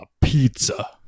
pizza